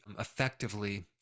effectively